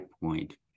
Point